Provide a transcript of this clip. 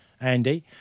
Andy